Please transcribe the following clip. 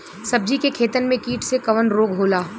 सब्जी के खेतन में कीट से कवन रोग होला?